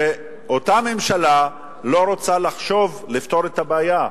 שאותה ממשלה לא רוצה לחשוב ולפתור את הבעיה.